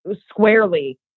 squarely